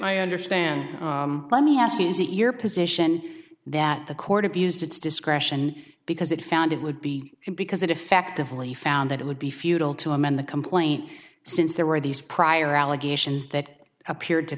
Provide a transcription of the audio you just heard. i understand let me ask you is it your position that the court abused its discretion because it found it would be because it effectively found that it would be futile to amend the complaint since there were these prior allegations that appeared to